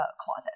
closet